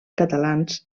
catalans